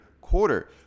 quarter